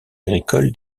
agricole